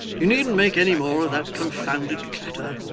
you needn't make any more of that confounded clatter.